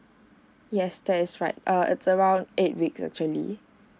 yes that's right err it's around eight weeks actually